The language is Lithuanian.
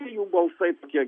jų balsai tokie